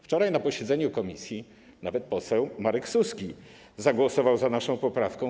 Wczoraj na posiedzeniu komisji nawet poseł Marek Suski zagłosował za naszą poprawką.